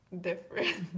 different